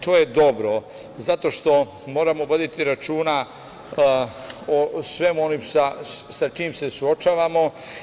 To je dobro, zato što moramo voditi računa o svemu onome sa čime se suočavamo.